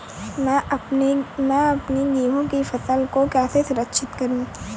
मैं अपनी गेहूँ की फसल को कैसे सुरक्षित करूँ?